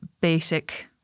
basic